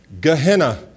Gehenna